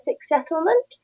settlement